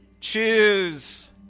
Choose